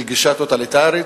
של גישה טוטליטרית,